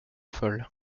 fall